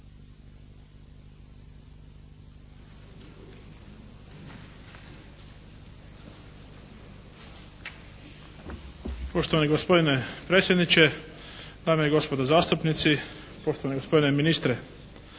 Poštovani gospodine predsjedniče, dame i gospodo zastupnici, poštovani gospodine ministre!